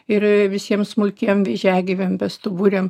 ir visiems smulkiem vėžiagyviam bestuburiam